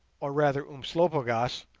or rather umslopogaas,